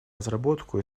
разработку